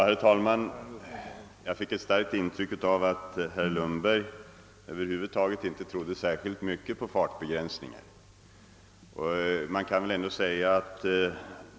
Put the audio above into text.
Herr talman! Jag fick ett starkt intryck av att herr Lundberg över huvud taget inte tredde särskilt mycket på fartbegränsningar.